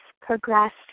progressed